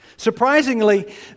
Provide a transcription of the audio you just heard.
Surprisingly